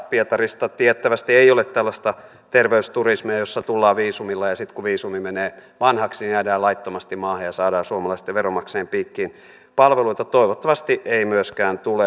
pietarista tiettävästi ei ole tällaista terveysturismia jossa tullaan viisumilla ja sitten kun viisumi menee vanhaksi jäädään laittomasti maahan ja saadaan suomalaisten veronmaksajien piikkiin palveluita toivottavasti ei myöskään tule